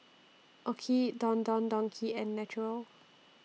OKI Don Don Donki and Naturel